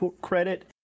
credit